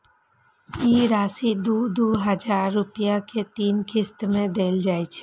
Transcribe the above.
ई राशि दू दू हजार रुपया के तीन किस्त मे देल जाइ छै